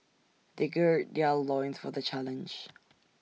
they gird their loins for the challenge